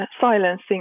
silencing